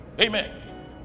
amen